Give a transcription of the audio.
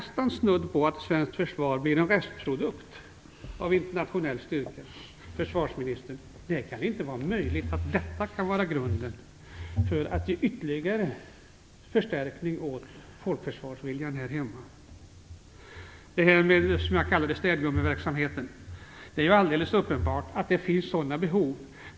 Svenskt försvar blir nästan en restprodukt av internationell styrka. Det kan inte vara möjligt att detta är grunden för att ge ytterligare förstärkning åt folkförsvarsviljan här hemma, försvarsministern! Jag nämnde "städgummeverksamheten". Det är alldeles uppenbart att det finns sådana behov.